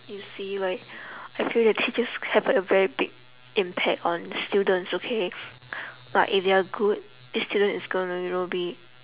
you see like I feel that teachers have like a very big impact on students okay like if you're good the student is gonna you know be